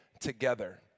together